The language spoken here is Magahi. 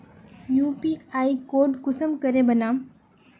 यु.पी.आई कोड कुंसम करे बनाम?